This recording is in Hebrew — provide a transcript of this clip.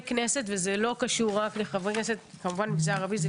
וזו גם הציפייה שלי ממך כיו״ר הוועדה,